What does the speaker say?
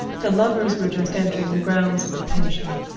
the lovers were just entering the grounds of the pension.